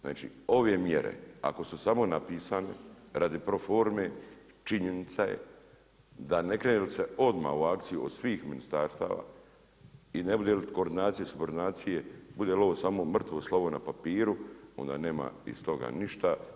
Znači, ove mjere ako su samo napisane radi pro forme činjenica je da ne krene li se odmah u akciju od svih ministarstava i ne bude li koordinacije, subkoordinacije, bude li ovo samo mrtvo slovo na papiru, onda nema iz toga ništa.